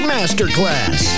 Masterclass